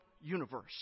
universe